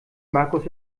markus